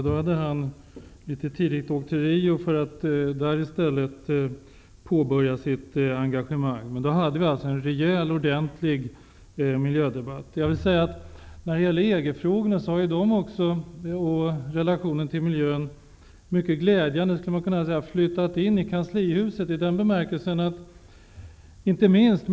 Han hade åkt till Rio litet tidigare för att där påbörja sitt engagemang. Vid det tillfället hade vi en rejäl miljödebatt. Man kan säga att miljöaspekterna på EG-frågan mycket glädjande har flyttat in i kanslihuset.